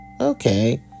Okay